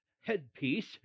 headpiece